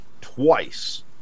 twice